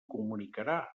comunicarà